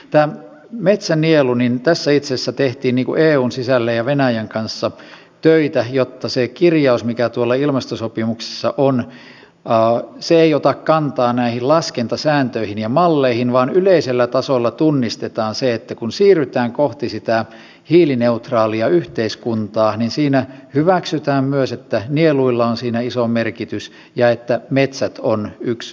tässä metsänielussa itse asiassa tehtiin eun sisällä ja venäjän kanssa töitä jotta se kirjaus mikä tuolla ilmastosopimuksessa on ei ota kantaa näihin laskentasääntöihin ja malleihin vaan että yleisellä tasolla tunnistetaan se että kun siirrytään kohti sitä hiilineutraalia yhteiskuntaa niin hyväksytään myös että nieluilla on siinä iso merkitys ja että metsät ovat yksi keskeinen nielu